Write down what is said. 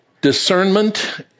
Discernment